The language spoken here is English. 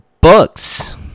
books